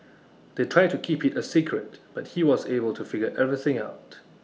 they tried to keep IT A secret but he was able to figure everything out